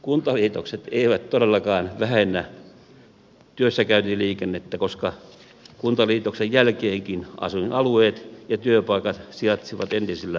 kuntaliitokset eivät todellakaan vähennä työssäkäyntiliikennettä koska kuntaliitoksen jälkeenkin asuinalueet ja työpaikat sijaitsevat entisillä paikoillaan